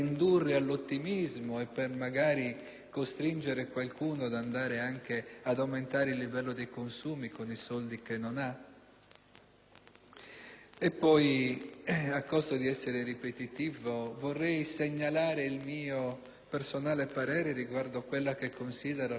costringere qualcuno anche ad aumentare il livello dei consumi con i soldi che non ha. Inoltre, a costo di essere ripetitivo, vorrei esprimere il mio personale parere riguardo a quella che considero la vergogna della *social card*.